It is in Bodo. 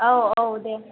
औ औ दे